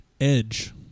Edge